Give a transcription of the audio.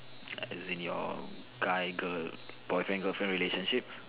as in your guy girl boyfriend girlfriend relationships